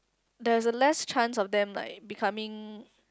there is a less chance of them like becoming